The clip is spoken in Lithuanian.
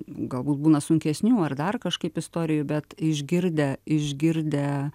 galbūt būna sunkesnių ar dar kažkaip istorijų bet išgirdę išgirdę